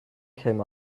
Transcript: came